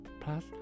Plus